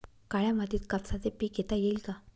काळ्या मातीत कापसाचे पीक घेता येईल का?